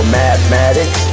mathematics